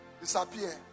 disappear